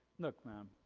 look man,